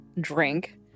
drink